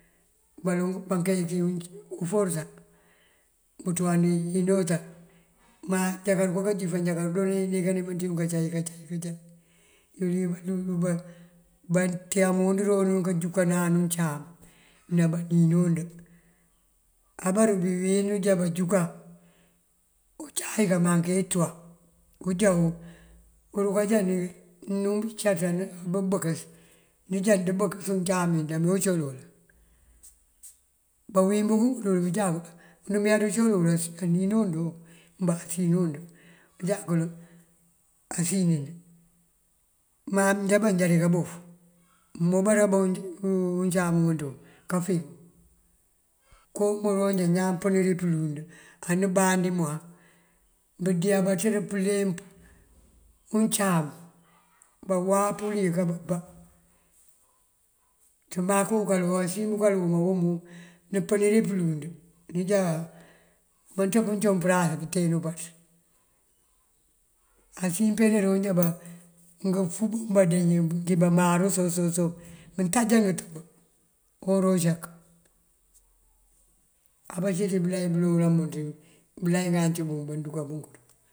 Baloŋ banke bí uforësa bunţúwa ţí inota má njá karuka jíifa jankandoli ineekan imënţ yun kanceŋ kancëŋ kancëŋ. Iyël yun batímund joorun kanjúkanan uncáam ná banínund. Abeeru neewín já banjúkan, uncay kamaŋ keenţúwa. uruka já nuncat abubëkës nunjá ndubëkës uncáam ndamee wuncol wël. Bawín bunkunk dul díjá und meeţ ţël uloŋ koo banínund mba basínund unjá kël asínind. Má jábá já rinkabof, mëmobara bá uncáam umënţun kafíiŋu. Koroon já ñaan pëni dí pëlund anú bandí muwan bëndeebaţër pëleemp uncáam, bawáap iliyëk ababá tëmaku kajáku basín bëkël bënkun nëmpëni dí pëlund banţëp uncoŋ përas bunten umpaţ. Asín njí ajonjá naronjá ngëfun dí bañuñ dí bamanu soŋ soŋ ngëtáajá ngëtëb wuwora uncak, abací ţí belay bëlole belay danţí bun barunkonk.